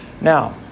Now